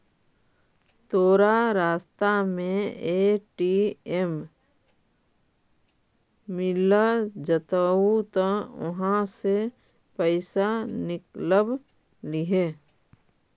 तोरा रास्ता में ए.टी.एम मिलऽ जतउ त उहाँ से पइसा निकलव लिहे